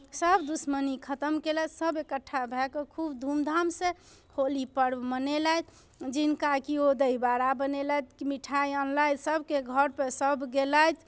सभ दुश्मनी खतम कयलथि सभ एकट्ठा भए कऽ खूब धूमधामसँ होली पर्व मनेलथि जिनका कियो दहीवड़ा बनेलथि किछु मिठाइ अनलथि सभके घरपर सभ गेलथि